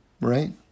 right